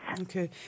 Okay